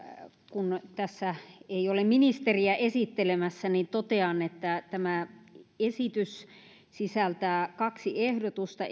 kun tässä ei ole ministeriä esittelemässä niin totean että tämä esitys sisältää kaksi ehdotusta